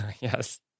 Yes